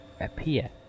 appear